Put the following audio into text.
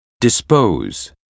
dispose